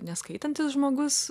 neskaitantis žmogus